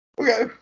Okay